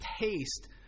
taste